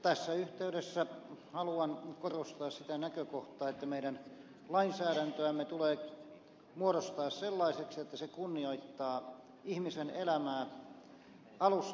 tässä yhteydessä haluan korostaa sitä näkökohtaa että meidän lainsäädäntöämme tulee muodostaa sellaiseksi että se kunnioittaa ihmisen elämää alusta alkaen